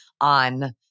on